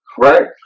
right